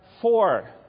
four